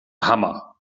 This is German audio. hammer